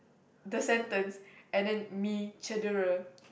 the sentence and then me cedera